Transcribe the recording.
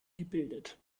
gebildet